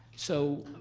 so,